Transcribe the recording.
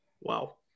Wow